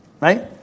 right